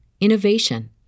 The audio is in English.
innovation